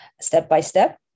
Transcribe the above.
step-by-step